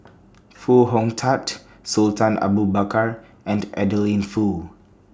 Foo Hong Tatt Sultan Abu Bakar and Adeline Foo